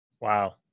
wow